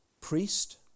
priest